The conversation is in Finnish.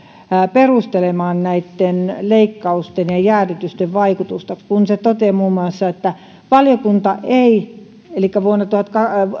perustelemaan näitten leikkausten ja jäädytysten vaikutusta kun se toteaa muun muassa valiokunta ei tuolloin